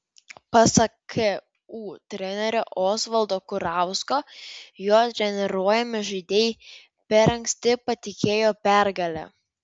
pasak ku trenerio osvaldo kurausko jo treniruojami žaidėjai per anksti patikėjo pergale